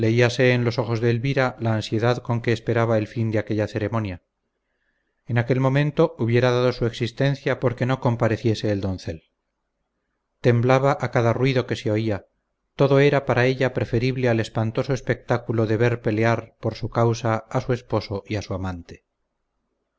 silencio leíase en los ojos de elvira la ansiedad con que esperaba el fin de aquella ceremonia en aquel momento hubiera dado su existencia porque no compareciese el doncel temblaba a cada ruido que se oía todo era para ella preferible al espantoso espectáculo de ver pelear por su causa a su esposo y a su amante